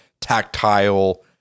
tactile